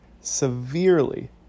severely